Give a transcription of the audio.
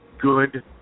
good